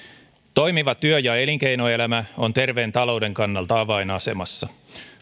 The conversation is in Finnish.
toimiva työ ja elinkeinoelämä on terveen talouden kannalta avainasemassa